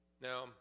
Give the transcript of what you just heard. Now